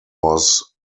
was